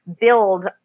build